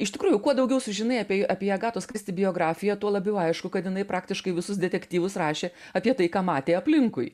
iš tikrųjų kuo daugiau sužinai apie apie agatos kristi biografiją tuo labiau aišku kad jinai praktiškai visus detektyvus rašė apie tai ką matė aplinkui